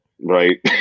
right